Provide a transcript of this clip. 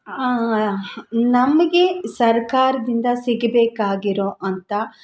ನಮಗೆ ಸರ್ಕಾರದಿಂದ ಸಿಗಬೇಕಾಗಿರೋ ಅಂಥ